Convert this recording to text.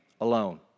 alone